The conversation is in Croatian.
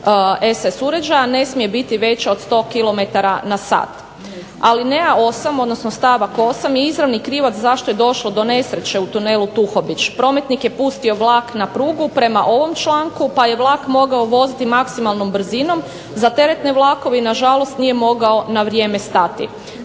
SS uređaja ne smije biti veća od 100 km/s. Alineja 8 odnosno stavak 8. je izravni krivac zašto je došlo do nesreće u Tunelu Tuhović. Prometnik je pustio vlak na prugu prema ovom članku, pa je vlak mogao voziti maksimalnom brzinom za teretne vlakove i nažalost nije mogao na vrijeme stati.